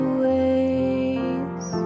ways